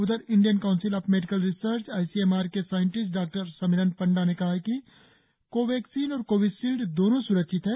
उधर Indian council of medical research ICMR के scientist doctor Samiran Panda ने कहा है कि कोवैक्सीन और कोविशील्ड दोनों स्रक्षित है